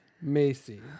Macy